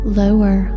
lower